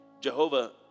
Jehovah